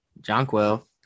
Jonquil